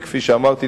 וכפי שאמרתי,